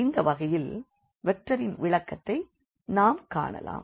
இந்த வகையில் வெக்டரின் விளக்கத்தை நாம் காணலாம்